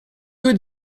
que